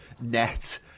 net